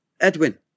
Edwin